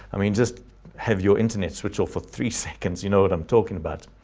i mean, just have your internet switch off for three seconds. you know what i'm talking about.